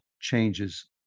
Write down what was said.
changes